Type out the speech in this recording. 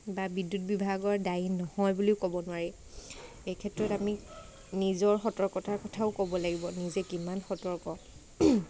বা বিদ্যুৎ বিভাগৰ দায়ী নহয় বুলিও ক'ব নোৱাৰি এই ক্ষেত্ৰত আমি নিজৰ সতৰ্কতাৰ কথাও ক'ব লাগিব নিজে কিমান সতৰ্ক